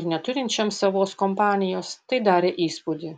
ir neturinčiam savos kompanijos tai darė įspūdį